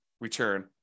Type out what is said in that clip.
return